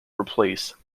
replace